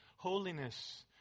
holiness